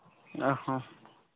ᱚ ᱦᱚᱸ